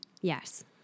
yes